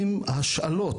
סופרים השאלות.